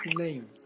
name